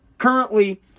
Currently